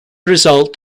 result